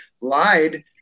lied